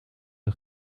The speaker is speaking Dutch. een